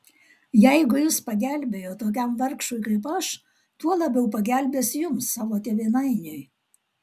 jeigu jis pagelbėjo tokiam vargšui kaip aš tuo labiau pagelbės jums savo tėvynainiui